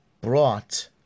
brought